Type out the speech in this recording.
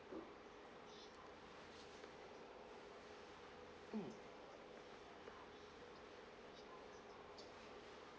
mm